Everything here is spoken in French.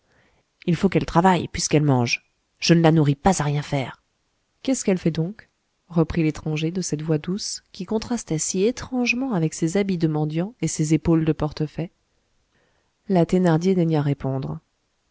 il faut qu'elle travaille puisqu'elle mange je ne la nourris pas à rien faire qu'est-ce qu'elle fait donc reprit l'étranger de cette voix douce qui contrastait si étrangement avec ses habits de mendiant et ses épaules de portefaix la thénardier daigna répondre